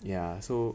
ya so